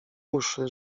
uszy